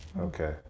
Okay